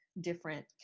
different